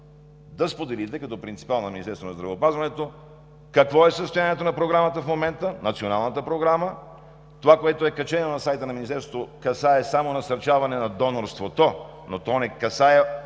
е: споделете като принципал на Министерството на здравеопазването какво е състоянието на Националната програма в момента? Това, което е качено на сайта на Министерството, касае само насърчаване на донорството, но то не касае